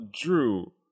Drew